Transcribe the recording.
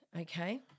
okay